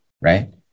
right